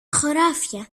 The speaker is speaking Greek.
χωράφια